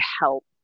help